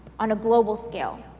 on a global scale.